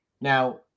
Now